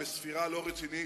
בספירה לא רצינית,